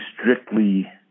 strictly